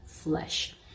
Flesh